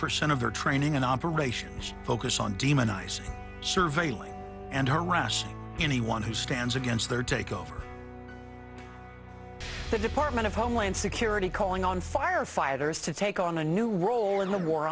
percent of their training and operations focus on demonize surveilling and harassing anyone who stands against their takeover the department of homeland security calling on firefighters to take on a new role in the war